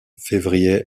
février